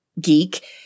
geek